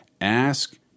Ask